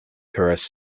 tourist